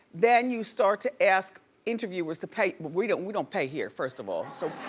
then you start to ask interviewers to pay, we don't we don't pay here first of all. so